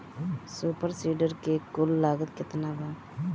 Super seeder के कुल लागत केतना बा?